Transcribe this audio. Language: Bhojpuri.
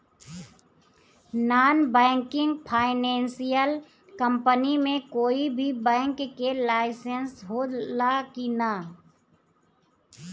नॉन बैंकिंग फाइनेंशियल कम्पनी मे कोई भी बैंक के लाइसेन्स हो ला कि ना?